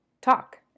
talk